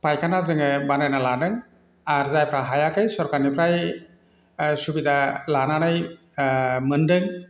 फायखाना जोङो बानायना लादों आर जायफ्रा हायाखै सरखारनिफ्राय सुबिदा लानानै मोनदों